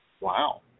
Wow